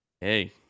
hey